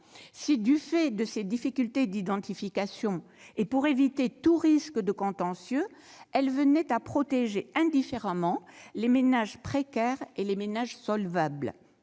si, du fait de ces difficultés d'identification, et pour éviter tout risque de contentieux, elle venait à protéger indifféremment les ménages précaires et les ménages solvables.